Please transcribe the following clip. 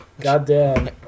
goddamn